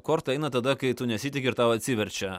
korta eina tada kai tu nesitiki ir tau atsiverčia